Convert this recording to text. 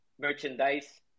merchandise